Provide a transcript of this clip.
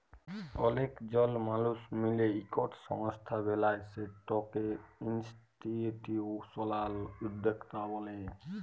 অলেক জল মালুস মিলে ইকট সংস্থা বেলায় সেটকে ইনিসটিটিউসলাল উদ্যকতা ব্যলে